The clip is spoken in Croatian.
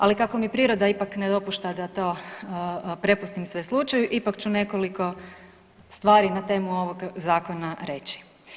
Ali kako mi priroda ipak ne dopušta da to prepustim sve slučaju ipak ću nekoliko stvari na temu ovog zakona reći.